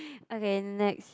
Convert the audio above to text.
okay next